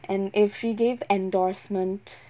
and if she gave endorsement